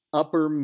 upper